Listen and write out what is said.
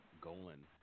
Golan